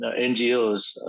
NGOs